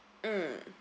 mm